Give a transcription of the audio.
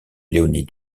léonie